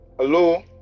Hello